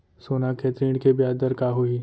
सोना के ऋण के ब्याज दर का होही?